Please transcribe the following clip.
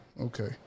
Okay